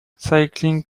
cycling